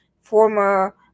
former